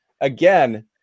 Again